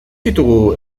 ditugu